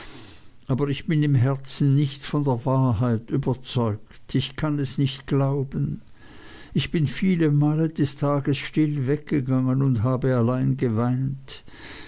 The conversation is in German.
aber ich bin im herzen nicht von der wahrheit überzeugt ich kann es nicht glauben ich bin viele male des tages still weggegangen und habe allein geweint